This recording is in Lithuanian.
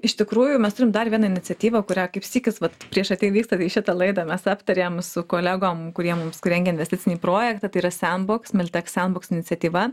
iš tikrųjų mes turim dar vieną iniciatyvą kurią kaip sykis vat prieš atvykstant į šitą laidą mes aptarėm su kolegom kurie mums kur rengia investicinį projektą tai yra sandbox miltech sandbox iniciatyva